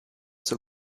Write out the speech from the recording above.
zur